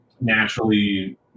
Naturally